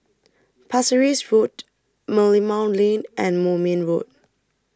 Pasir Ris Road Merlimau Lane and Moulmein Road